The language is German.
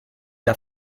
der